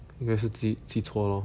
应该是记记错咯